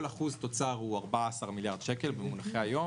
כל אחוז תוצר הוא 14 מיליארד שקל במונחי היום.